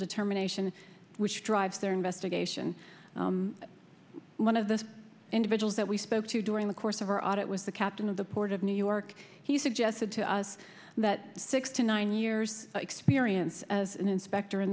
determination which drives their investigation one of the individuals that we spoke to during the course of our audit was the captain of the port of new york he suggested to us that six to nine years experience as an inspector in